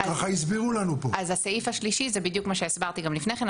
ככה הסבירו לנו פה --- הסעיף השלישי זה בדיוק מה שהסברתי גם לפני כן.